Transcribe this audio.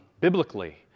biblically